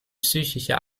psychischer